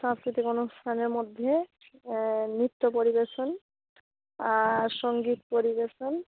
সাংস্কৃতিক অনুষ্ঠানের মধ্যে নৃত্য পরিবেশন আর সঙ্গীত পরিবেশন